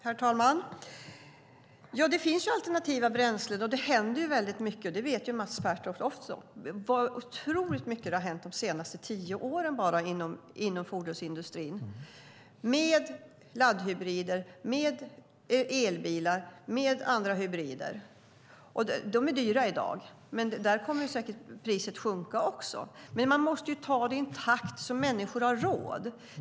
Herr talman! Det finns alternativa bränslen, och det händer mycket. Det vet Mats Pertoft också. Det har hänt otroligt mycket bara under de senaste tio åren inom fordonsindustri, med laddhybrider, elbilar och andra hybrider. De är dyra i dag, men priset kommer säkert att sjunka. Men man måste ta det i en takt så att människor har råd.